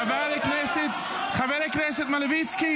חבר הכנסת מלביצקי,